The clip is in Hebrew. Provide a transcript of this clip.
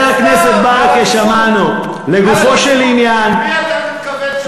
שום דבר לעניין אתה לא מדבר.